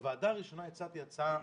בוועדה הראשונה הצעתי הצעה,